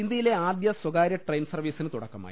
ഇന്ത്യയിലെ ആദ്യ സ്വകാര്യ ട്രെയിൻ സർവീസിന് തുട ക്കമായി